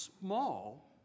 small